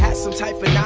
yeah some type of yeah